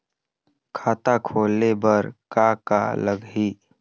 खाता खोले बर का का लगही?